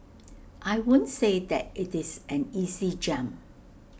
I won't say that IT is an easy jump